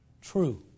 true